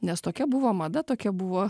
nes tokia buvo mada tokia buvo